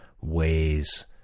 ways